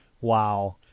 Wow